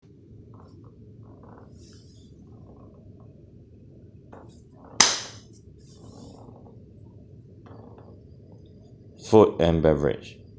food and beverage